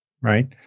right